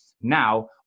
now